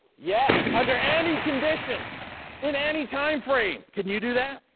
yes, under any conditions in any timeframe. can you do that?